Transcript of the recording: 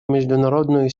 международной